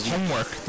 homework